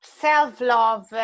self-love